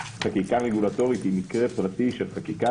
שחקיקה רגולטורית היא מקרה פרטי של חקיקה.